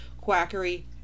quackery